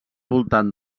voltant